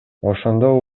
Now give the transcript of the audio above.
ошондо